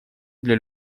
для